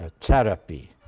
therapy